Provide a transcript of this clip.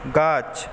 গাছ